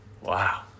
Wow